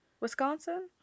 Wisconsin